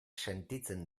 sentitzen